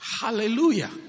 Hallelujah